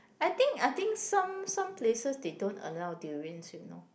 I think I think some some places they don't allow durians you know